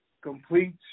complete